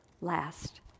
last